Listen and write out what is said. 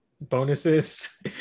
bonuses